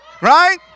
right